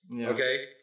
Okay